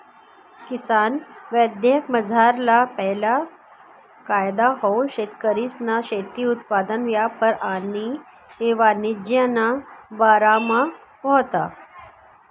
किसान विधेयकमझारला पैला कायदा हाऊ शेतकरीसना शेती उत्पादन यापार आणि वाणिज्यना बारामा व्हता